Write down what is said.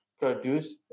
produce